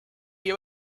you